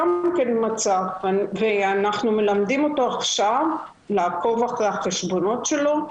אנחנו מלמדים אותו עכשיו לעקוב אחרי החשבונות שלו,